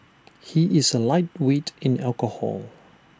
he is A lightweight in alcohol